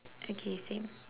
okay same